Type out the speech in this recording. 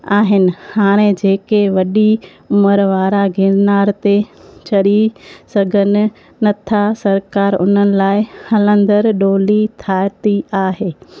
आहिनि हाणे जेके वॾी उमिरि वारा गिरनार ते चढ़ी सघनि नथा सरकारि हुन लाइ हलंदड़ु ॾोली ठाती आहे